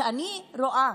וכשאני רואה